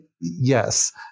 Yes